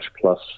plus